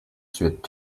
sweet